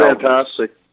fantastic